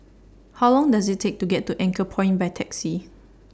How Long Does IT Take to get to Anchorpoint By Taxi